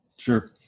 Sure